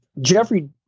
jeffrey